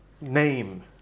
name